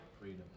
freedom